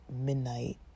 midnight